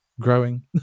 growing